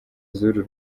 z’uru